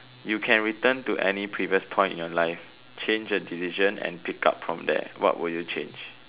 you can return to any previous point of your life change a decision and pick up from there what would you change